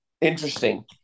Interesting